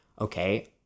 okay